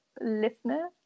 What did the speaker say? listener